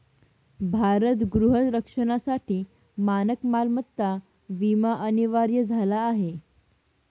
भारत गृह रक्षणासाठी मानक मालमत्ता विमा अनिवार्य झाला आहे